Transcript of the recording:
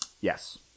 Yes